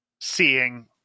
seeing